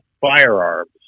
firearms